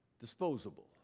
disposable